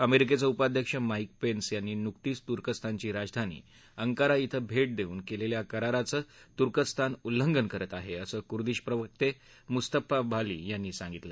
अमेरिकेचे उपाध्यक्ष Mike Pence यांनी नुकतीच तुर्कस्तानची राजधांनी अंकारा ब्रें भेट देऊन केलेल्या कराराचं तुर्कस्तान उल्लंघन करत आहे असं कुर्दिश प्रवक्ते मुस्तफा बाली यांनी सांगितलं